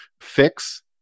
fix